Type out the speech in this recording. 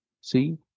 See